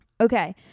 Okay